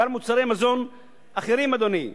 גל מוצרי מזון אחרון אחר, אדוני: